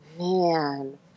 Man